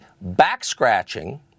back-scratching